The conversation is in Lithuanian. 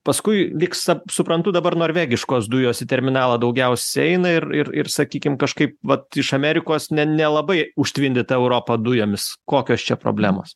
paskui vyksta suprantu dabar norvegiškos dujos į terminalą daugiausiai eina ir ir ir sakykim kažkaip vat iš amerikos ne nelabai užtvindyta europa dujomis kokios čia problemos